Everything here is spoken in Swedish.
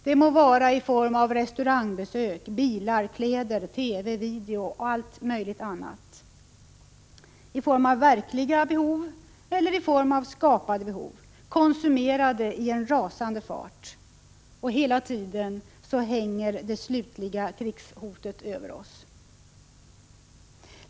Det må gälla restaurangbesök, bilar, kläder, TV, video och allt möjligt annat. Verkliga behov eller skapade behov leder till konsumerande i en rasande fart. Och hela tiden hänger det slutliga krigshotet över oss.